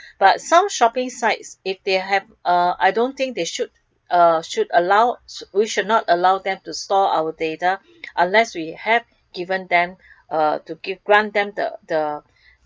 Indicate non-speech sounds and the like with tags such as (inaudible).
(breath) but some shopping sites they they have uh I don't think they should uh should allow we should not allow them to store our data (breath) unless we have given them uh to grant them the the (breath)